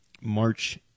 March